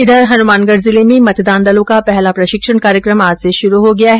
इधर हनुमानगढ़ जिले में मतदान दलों का पहला प्रशिक्षण कार्यक्रम आज से शुरू हो गया है